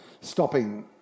stopping